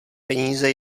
peníze